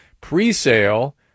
Pre-sale